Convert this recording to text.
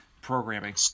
programming